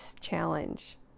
Challenge